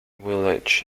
village